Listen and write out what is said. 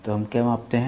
तो हम क्या मापते हैं